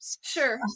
Sure